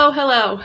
hello